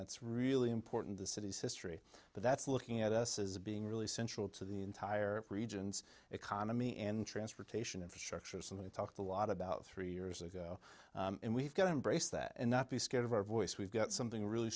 that's really important the city's history but that's looking at us as being really central to the entire region's economy and transportation infrastructure somebody talked a lot about three years ago and we've got embrace that and not be scared of our voice we've got something really